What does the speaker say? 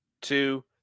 two